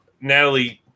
Natalie